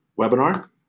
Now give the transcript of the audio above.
webinar